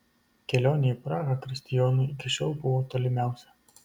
kelionė į prahą kristijonui iki šiol buvo tolimiausia